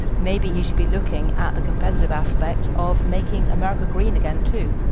maybe he should be looking at the competitive aspect of making america green again too.